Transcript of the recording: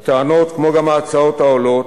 הטענות, כמו גם ההצעות העולות,